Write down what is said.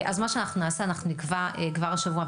מה שאנחנו נעשה: אנחנו נקבע כבר השבוע,